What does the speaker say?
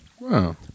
Wow